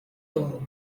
todo